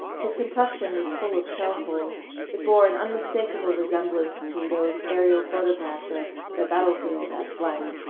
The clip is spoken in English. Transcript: his complexion was full of shell-holes it bore an unmistakable resemblance to those aerial photographs of the battle-field at blank.